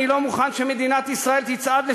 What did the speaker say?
אני לא מוכן שמדינת ישראל תצעד לשם.